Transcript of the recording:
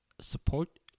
support